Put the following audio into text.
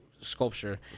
sculpture